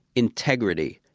integrity.